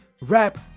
rap